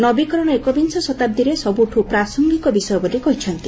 ନବିକରଣ ଏକବିଂଶ ଶତାବ୍ଦୀରେ ସବୁଠୁ ପ୍ରାସଙ୍ଗିକ ବିଷୟ ବୋଲି କହିଛନ୍ତି